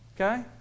Okay